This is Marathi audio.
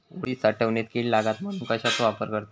उडीद साठवणीत कीड लागात म्हणून कश्याचो वापर करतत?